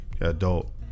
adult